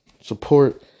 support